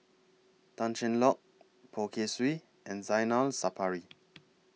Tan Cheng Lock Poh Kay Swee and Zainal Sapari